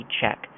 check